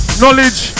knowledge